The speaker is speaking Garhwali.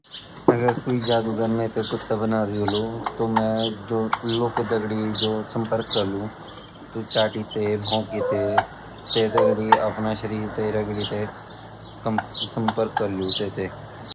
अगर क्वी जादूगर मेते कुत्ता बना द्योलू तो मै जो लोकु दगडी संपर्क कालू ऊ चाटि ते भोकि ते ते दगडी अपना शर्रेर ते रगड़ी ते अपना सस्मपर्क करलु।